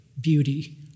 beauty